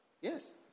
Yes